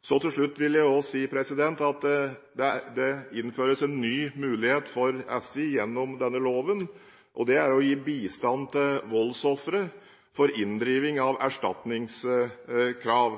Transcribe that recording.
Så til slutt vil jeg også si at det innføres en ny mulighet for SI gjennom denne loven, og det er å gi bistand til voldsofre for inndriving av erstatningskrav.